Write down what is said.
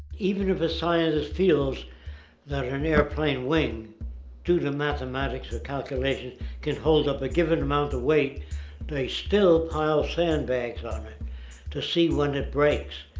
even if a scientist feels that an airplane wing due to mathematics or calculations can hold up a given amount of weight they still pile sandbags on um it to see when it breaks,